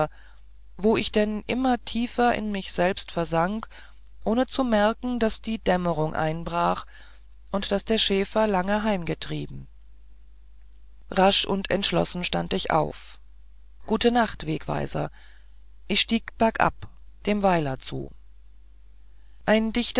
wo ich denn immer tiefer in mich selbst versank ohne zu merken wie die dämmerung einbrach und daß der schäfer lange heimgetrieben rasch und entschlossen stand ich auf gut nacht wegweiser ich stieg bergab dem weiler zu ein dichter